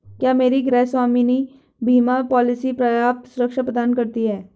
क्या मेरी गृहस्वामी बीमा पॉलिसी पर्याप्त सुरक्षा प्रदान करती है?